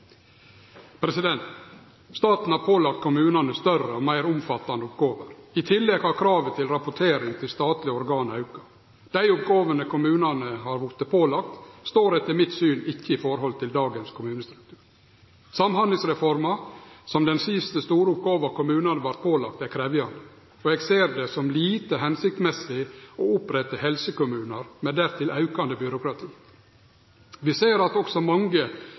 være. Staten har pålagt kommunane større og meir omfattande oppgåver. I tillegg har kravet om rapportering til statlege organ auka. Dei oppgåvene kommunane har vorte pålagde, står etter mitt syn ikkje i forhold til dagens kommunestruktur. Samhandlingsreforma, som den siste store oppgåva kommunane vart pålagd, er krevjande, og eg ser det som lite hensiktmessig å opprette helsekommunar med dertil aukande byråkrati. Vi ser også at det er mange